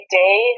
day